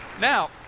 Now